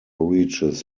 reaches